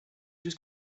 just